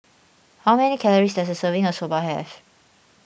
how many calories does a serving of Soba have